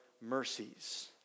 mercies